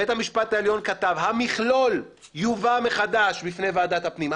בית המשפט העליון כתב: המכלול יובא מחדש בפני ועדת הפנים.